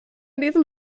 diesen